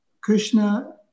Krishna